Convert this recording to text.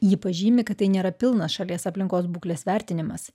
ji pažymi kad tai nėra pilnas šalies aplinkos būklės vertinimas